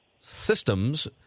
systems